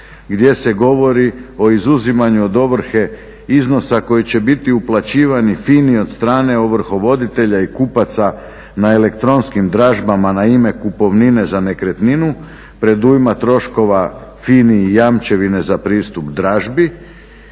gdje se govori o izuzimanju od ovrhe iznosa koji će biti uplaćivan FINA-i od strane ovrhovoditelja i kupaca na elektronskim dražbama na ime kupovnine za nekretninu, predujma troškova FINA-i i jamčevine za pristup dražbi